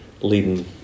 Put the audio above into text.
leading